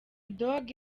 dogg